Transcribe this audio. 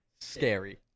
scary